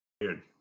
Weird